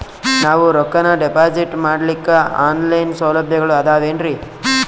ನಾವು ರೊಕ್ಕನಾ ಡಿಪಾಜಿಟ್ ಮಾಡ್ಲಿಕ್ಕ ಆನ್ ಲೈನ್ ಸೌಲಭ್ಯಗಳು ಆದಾವೇನ್ರಿ?